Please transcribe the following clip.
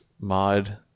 mod